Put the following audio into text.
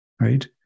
right